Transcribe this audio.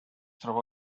troba